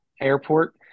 airport